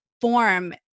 form